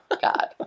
God